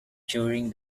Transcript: during